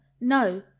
no